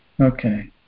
Okay